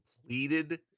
completed